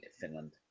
finland